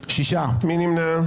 מי נמנע?